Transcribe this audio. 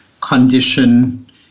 condition